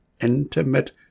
Intimate